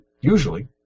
usually